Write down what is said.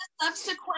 subsequent